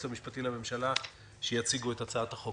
המשפטי לממשלה שיציגו את הצעת החוק.